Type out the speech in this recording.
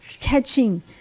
catching